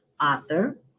author